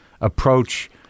approach